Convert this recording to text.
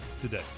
today